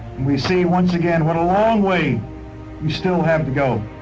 we see once again what a long way we still have to go.